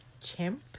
Chimp